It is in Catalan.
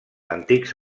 antics